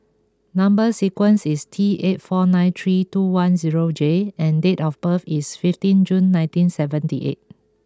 number sequence is T eight four nine three two one zero J and date of birth is fifteen June nineteen seventy eight